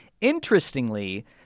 Interestingly